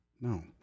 No